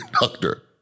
doctor